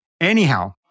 Anyhow